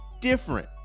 different